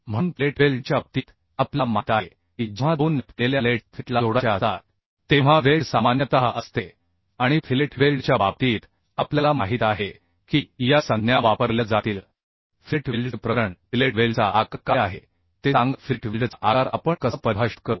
म्हणून फिलेट वेल्डिंगच्या बाबतीत आपल्याला माहित आहे की जेव्हा दोन लॅप केलेल्या प्लेट्स फिलेटला जोडायच्या असतात तेव्हा वेल्ड सामान्यतः असते आणि फिलेट वेल्डच्या बाबतीत आपल्याला माहित आहे की या संज्ञा वापरल्या जातील फिलेट वेल्डचे प्रकरण फिलेट वेल्डचा आकार काय आहे ते सांगा फिलेट वेल्डचा आकार आपण कसा परिभाषित करू